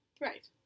Right